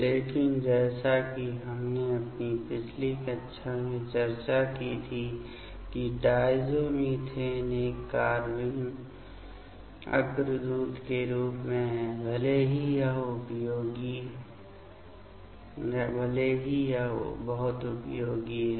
लेकिन जैसा कि हमने अपनी पिछली कक्षा में चर्चा की थी कि डायज़ोमीथेन एक कार्बाइन अग्रदूत के रूप में है भले ही यह बहुत उपयोगी है